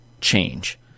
change